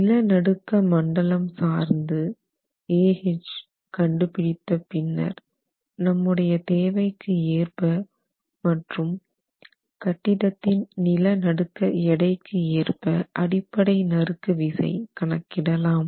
நிலநடுக்க மண்டலம் Z2 சார்ந்து Ah கண்டு பிடித்த பின்னர் நம்முடைய தேவைக்கு ஏற்ப மற்றும் கட்டிடத்தின் நிலநடுக்க எடைக்கு seismic weight W ஏற்ப அடிப்படை நறுக்கு விசை கணக்கிடலாம்